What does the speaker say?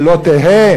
ולא תהא